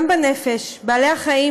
גם בנפש: בעלי החיים,